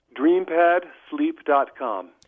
DreamPadSleep.com